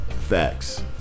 facts